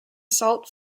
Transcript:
salt